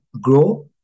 grow